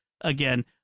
again